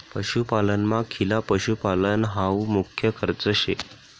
पशुपालनमा खिला पशुपालन हावू मुख्य खर्च शे